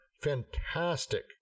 fantastic